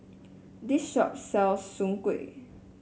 this shop sells Soon Kuih